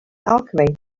alchemy